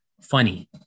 funny